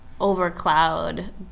overcloud